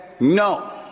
no